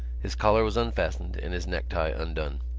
his collar was unfastened and his necktie undone.